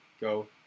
go